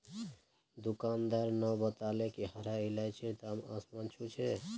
दुकानदार न बताले कि हरा इलायचीर दाम आसमान छू छ